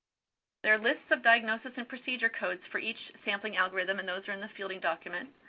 there are lists of diagnosis and procedure codes for each sampling algorithm and those are in the fielding document.